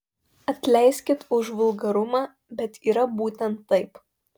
atleiskit už vulgarumą bet yra būtent taip